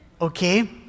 Okay